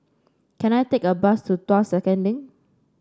can I take a bus to Tuas Second Link